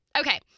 Okay